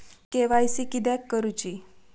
KYC किदयाक करूची?